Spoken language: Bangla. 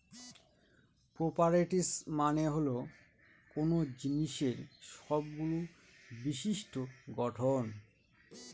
প্রপারটিস মানে হল কোনো জিনিসের সবগুলো বিশিষ্ট্য গঠন